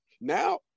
Now